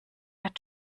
hat